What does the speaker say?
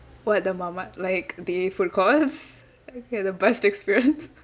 what the like the food courts I had the best experience